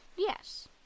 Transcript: Yes